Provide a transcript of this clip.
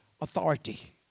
authority